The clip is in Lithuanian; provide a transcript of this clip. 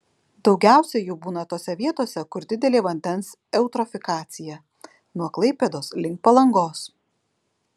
daugiausiai jų būna tose vietose kur didelė vandens eutrofikacija nuo klaipėdos link palangos